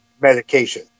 medication